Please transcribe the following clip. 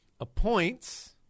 appoints